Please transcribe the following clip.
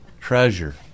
treasure